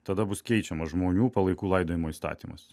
tada bus keičiamas žmonių palaikų laidojimo įstatymas